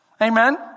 Amen